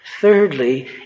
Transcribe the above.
Thirdly